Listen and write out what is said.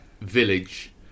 village